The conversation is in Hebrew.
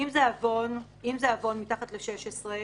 אם זה עוון מתחת לשש עשרה,